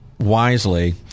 wisely